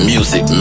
Music